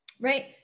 right